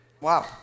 Wow